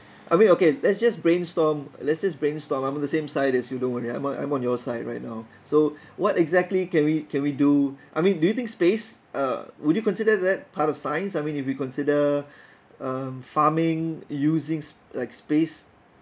I mean okay let's just brainstorm let's just brainstorm I'm on the same side as you don't worry I'm on I'm on your side right now so what exactly can we can we do I mean do you think space would you consider that part of science I mean if we consider uh farming using s~ like space